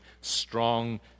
strong